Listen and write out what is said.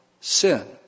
sin